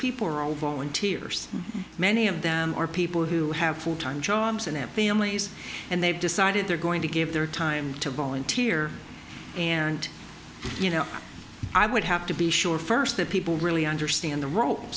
people are all volunteers many of them are people who have full time jobs and their families and they've decided they're going to give their time to volunteer and you know i would have to be sure first that people really understand the r